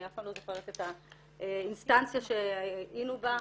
אני אף פעם לא זוכרת את האינסטנציה שהיינו בה,